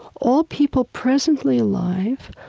all people presently alive,